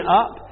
up